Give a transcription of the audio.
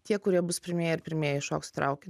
tie kurie bus pirmieji ir pirmieji įšoks į trauki